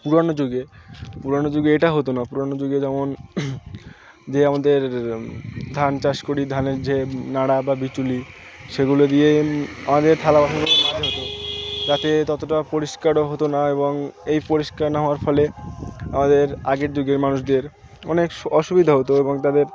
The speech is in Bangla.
পুরনো যুগে পুরনো যুগে এটা হতো না পুরনো যুগে যেমন দিয়ে আমাদের ধান চাষ করি ধানের যে নাড়া বা বিচুলি সেগুলো দিয়েই আমাদের থালা বাসনগুলো মাজা হতো যাতে ততটা পরিষ্কারও হতো না এবং এই পরিষ্কার না হওয়ার ফলে আমাদের আগের যুগের মানুষদের অনেক অসুবিধা হতো এবং তাদের